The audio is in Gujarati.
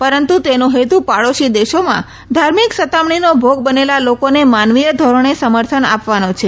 પરંતુ તેનો હેતુ પાડોશી દેશોમાં ધાર્મિક સતામણીનો ભોગ બનેલા લોકોને માનવીય ધોરણે સમર્થન આપવનો છે